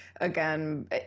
again